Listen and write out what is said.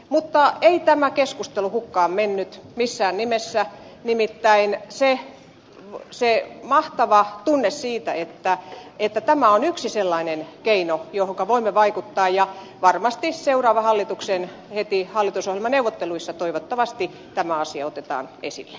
mutta ei tämä keskustelu hukkaan mennyt missään nimessä nimittäin tuli mahtava tunne siitä että tämä on yksi sellainen keino johonka voimme vaikuttaa ja varmasti heti seuraavan hallituksen hallitusohjelmaneuvotteluissa toivottavasti tämä asia otetaan esille